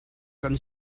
kan